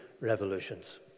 revolutions